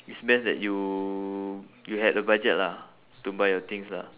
it's best that you you had a budget lah to buy your things lah